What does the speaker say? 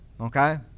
Okay